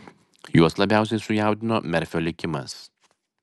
juos labiausiai sujaudino merfio likimas